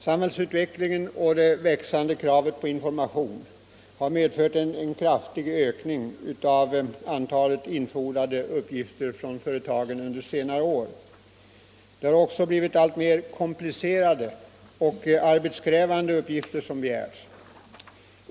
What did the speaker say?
Samhällsutvecklingen och det växande kravet på information har under senare år medfört en kraftig ökning av antalet från företagen infordrade uppgifter. Det har också blivit alltmer komplicerade och arbetskrävande uppgifter som begärts.